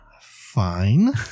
fine